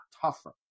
tougher